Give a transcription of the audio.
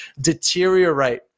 deteriorate